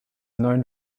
known